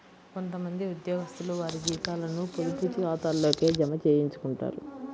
కొంత మంది ఉద్యోగస్తులు వారి జీతాలను పొదుపు ఖాతాల్లోకే జమ చేయించుకుంటారు